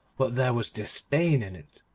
but there was disdain in it.